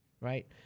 right